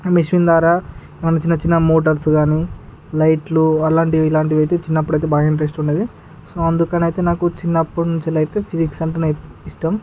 ఆ మెషిన్ ద్వారా చిన్న చిన్న మోటార్స్ కానీ లైట్లు అలాంటివి ఇలాంటివి అయితే చిన్నప్పుడు అయితే బాగా ఇంట్రస్ట్ ఉండేది సో అందుకని అయితే నాకు చిన్నప్పటి నుంచి ఇలా అయితే ఫిజిక్స్ అంటేనే ఇష్టం